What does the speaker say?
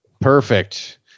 Perfect